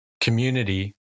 community